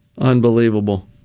unbelievable